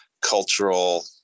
cultural